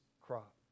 crop